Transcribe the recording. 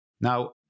Now